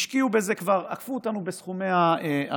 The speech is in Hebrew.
הן השקיעו בזה, כבר עקפו אותנו בסכומי ההשקעה.